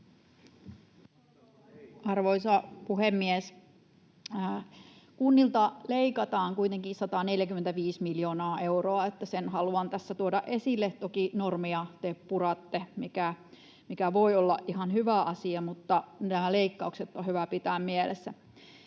Arvoisa puhemies! Kunnilta leikataan kuitenkin 145 miljoonaa euroa: sen haluan tässä tuoda esille. Toki normeja te puratte, mikä voi olla ihan hyvä asia, mutta nämä leikkaukset on hyvä pitää mielessä.